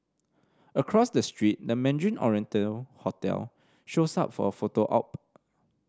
across the street the Mandarin Oriental hotel shows up for a photo op